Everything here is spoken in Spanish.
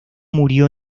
murió